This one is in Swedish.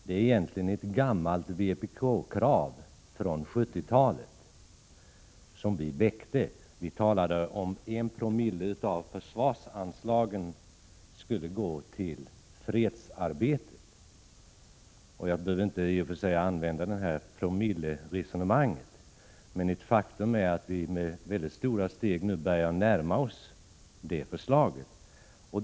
Det rör sig egentligen om ett gammalt vpk-krav från 1970-talet. Vi talade om att 1 Zoo av försvarsanslagen skulle gå till fredsarbetet. Jag behöver i och för sig inte tillämpa detta promilleresonemang, men ett faktum är att man nu med väldigt stora steg börjar närma sig det belopp som vi alltså föreslog.